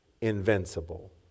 invincible